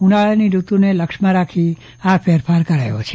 ઉનાળાની ઋતુને લક્ષ્યમાં રાખી આ ફેરફાર કરાયો છે